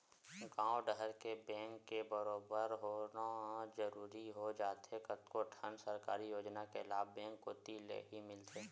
गॉंव डहर के बेंक के बरोबर होना जरूरी हो जाथे कतको ठन सरकारी योजना के लाभ बेंक कोती लेही मिलथे